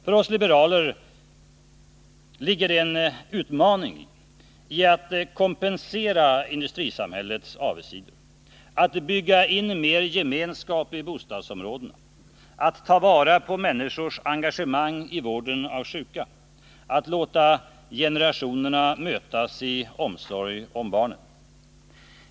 För oss liberaler ligger det en utmaning i att kompensera industrisamhällets avigsidor, att bygga in mer gemenskap i bostadsområdena, att ta vara på människors engagemang i vården av sjuka, att låta generationerna mötas i omsorg om barnen.